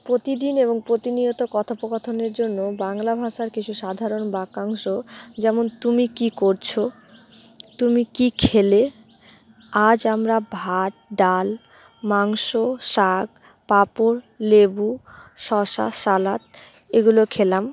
প্রতিদিন এবং প্রতিনিয়ত কথোপকথনের জন্য বাংলা ভাষার কিছু সাধারণ বাক্যাংশ যেমন তুমি কী করছো তুমি কী খেলে আজ আমরা ভাত ডাল মাংস শাক পাপড় লেবু শশা সালাদ এগুলো খেলাম